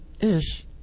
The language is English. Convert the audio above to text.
Ish